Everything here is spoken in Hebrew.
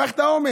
קח את האומץ.